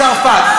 מצרפת,